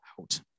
out